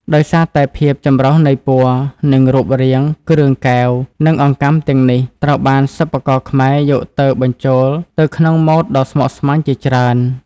ដោយសារតែភាពចម្រុះនៃពណ៌ និងរូបរាង គ្រឿងកែវ និងអង្កាំទាំងនេះត្រូវបានសិប្បករខ្មែរយកទៅបញ្ចូលទៅក្នុងម៉ូដដ៏ស្មុគស្មាញជាច្រើន។